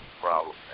problem